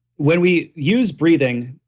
when we use breathing,